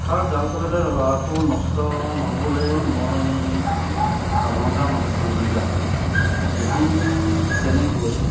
পথাৰত জাল পাতোঁতে বোৰ নষ্ট নহ'বলৈ মই সাৱধানতা মানি চলিবলগীয়া হয় এদিন তেনেকৈ